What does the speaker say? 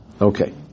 Okay